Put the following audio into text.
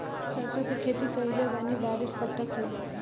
सरसों के खेती कईले बानी बारिश कब तक होई?